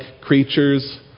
creatures